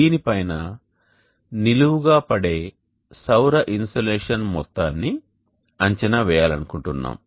దీని పైన నిలువుగా పడే సౌర ఇన్సోలేషన్ మొత్తాన్ని అంచనా వేయాలనుకుంటున్నాము